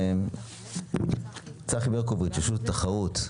צחי ברקוביץ, רשות התחרות.